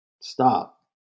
stop